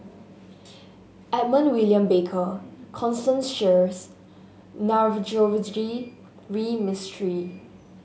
Edmund William Barker Constance Sheares Navroji V Mistri